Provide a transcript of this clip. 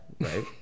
right